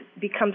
becomes